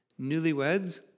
newlyweds